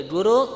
Guru